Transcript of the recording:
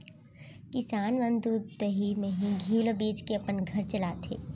किसान मन दूद, दही, मही, घींव ल बेचके अपन घर चलाथें